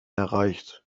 erreicht